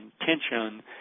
intention